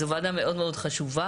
זאת ועדה מאוד מאוד חשובה.